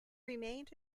remained